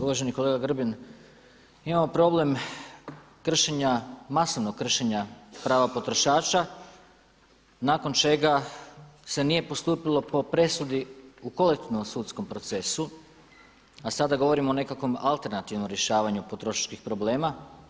Uvaženi kolega Grbin, imamo problem kršenja, masovnog kršenja prava potrošača nakon čega se nije postupilo po presudi u kolektivnom sudskom procesu a sada govorimo o nekakvom alternativnom rješavanju potrošačkih problema.